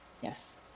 Yes